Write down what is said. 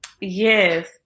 Yes